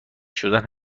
شدن